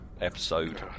episode